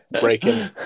breaking